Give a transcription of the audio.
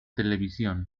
televisión